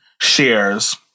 shares